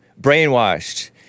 brainwashed